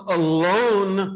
alone